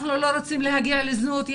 אנחנו לא רוצים להגיע לזנות.